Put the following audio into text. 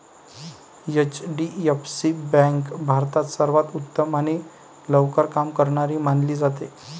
HDFC bank भारतात सर्वांत उत्तम आणि लवकर काम करणारी मानली जाते